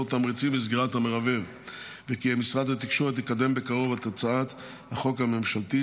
תמריצים לסגירת המרבב וכי משרד התקשורת יקדם בקרוב את הצעת החוק הממשלתית